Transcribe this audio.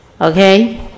Okay